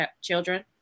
children